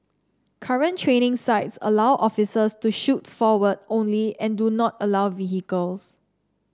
current training sites allow officers to shoot forward only and do not allow vehicles